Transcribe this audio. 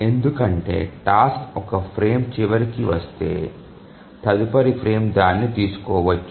ఎందుకంటే టాస్క్ ఒక ఫ్రేమ్ చివరికి వస్తే తదుపరి ఫ్రేమ్ దానిని తీసుకోవచ్చు